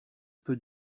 peu